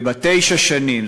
ובתשע שנים,